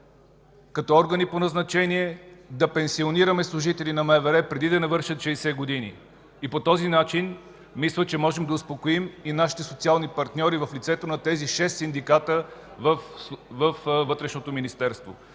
като органи по назначение да пенсионираме служители на МВР, преди да навършат 60 години. Мисля, че по този начин можем да успокоим и нашите социални партньори в лицето на тези шест синдиката във Вътрешното министерство.